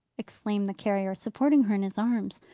exclaimed the carrier, supporting her in his arms.